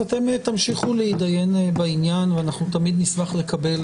אז אתם תמשיכו להידיין בעניין ואנחנו תמיד נשמח לקבל